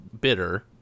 bitter